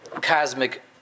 cosmic